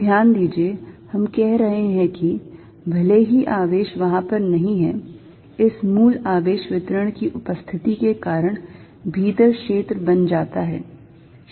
तो ध्यान दीजिए हम कह रहे हैं कि भले ही आवेश वहां पर नहीं है इस मूल आवेश वितरण की उपस्थिति के कारण भीतर क्षेत्र बन जाता है